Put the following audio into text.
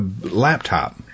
laptop